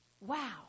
Wow